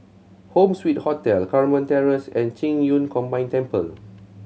Home Suite Hotel Carmen Terrace and Qing Yun Combined Temple